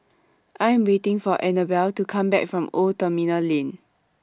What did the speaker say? I'm waiting For Anabel to Come Back from Old Terminal Lane